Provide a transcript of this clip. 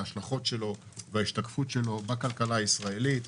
בהשלכות שלו ובהשתקפות שלו בכלכלה הישראלית.